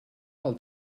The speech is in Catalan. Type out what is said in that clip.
pel